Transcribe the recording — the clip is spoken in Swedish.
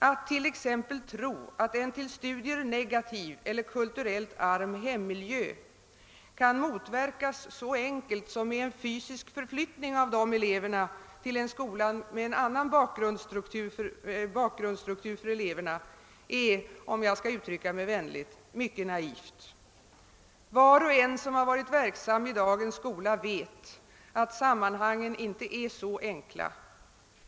Att t.ex. tro att en till studier negativ eller kulturellt arm hemmiljö kan motverkas så enkelt som med en fysisk förflyttning av ifrågavarande elever till en skola med annan bakgrundsstruktur för eleverna är, om jag skall uttrycka mig vänligt, mycket naivt. Var och en som varit verksam i dagens skola vet att sammanhangen inte är så enkla.